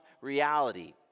reality